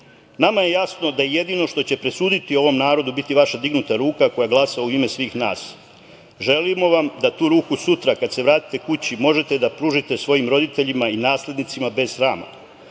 pita. Nama je jasno da će jedino što će presuditi ovom narodu biti vaša dignuta ruka koja glasa u ime svih nas. Želimo vam da tu ruku sutra kad se vratite kući možete da pružite svojim roditeljima i naslednicima bez